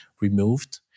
removed